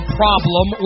problem